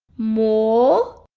more.